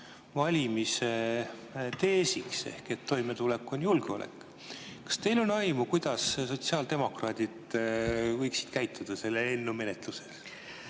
valimise teesiks ehk "Toimetulek on julgeolek". Kas teil on aimu, kuidas sotsiaaldemokraadid võiksid käituda selle eelnõu menetlusel?